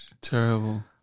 Terrible